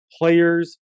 players